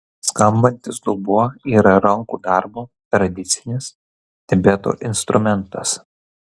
skambantis dubuo yra rankų darbo tradicinis tibeto instrumentas